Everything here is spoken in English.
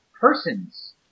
persons